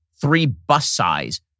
three-bus-size